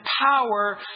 power